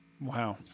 Wow